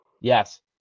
Yes